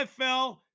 NFL